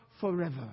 forever